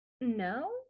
no